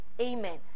Amen